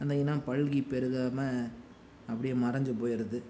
அந்த இனம் பல்கி பெருகாமல் அப்படியே மறைஞ்சி போயிடுது